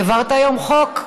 העברת היום חוק,